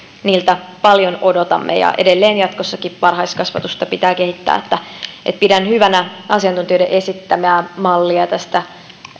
niiltä paljon odotamme edelleen jatkossakin varhaiskasvatusta pitää kehittää eli pidän hyvänä asiantuntijoiden esittämää mallia tästä